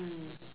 mm